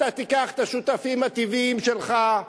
אתה תיקח את השותפים הטבעיים שלך.